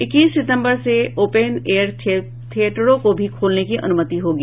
इक्कीस सितंबर से ओपन एयर थिएटरों को भी खोलने की अनुमति होगी